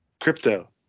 Crypto